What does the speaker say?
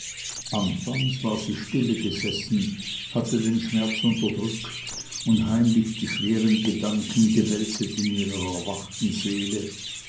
anfangs war sie stillegesessen hatte den schmerz erdrückt und heimlich die schweren gedanken gewälzet in ihrer erwachten seele